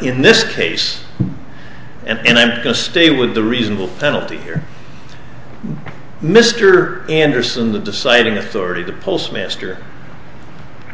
d in this case and i'm going to stay with a reasonable penalty here mr anderson the deciding authority the postmaster